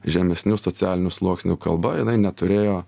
žemesnių socialinių sluoksnių kalba jinai neturėjo